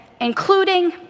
including